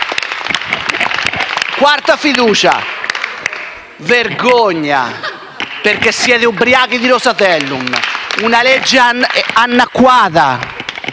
Quarta fiducia. Vergogna perché siete ubriachi di Rosatellum, una legge elettorale